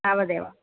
तावदेव